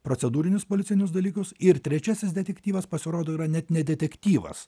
procedūrinius policinius dalykus ir trečiasis detektyvas pasirodo yra net ne detektyvas